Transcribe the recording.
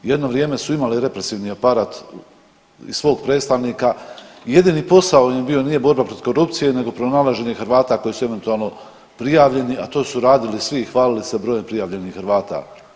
Jedno vrijeme su imali represivni aparat i svog predstavnika, jedini posao im je bio nije borba protiv korupcije nego pronalaženje Hrvata koji su eventualno prijavljeni, a to su radili svi i hvalili te brojem prijavljenih Hrvata.